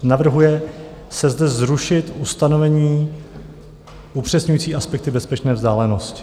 Navrhuje se zde zrušit ustanovení upřesňující aspekty bezpečné vzdálenosti.